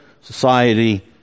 society